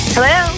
Hello